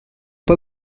pas